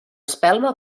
espelma